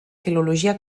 filologia